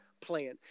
plan